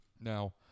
Now